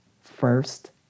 first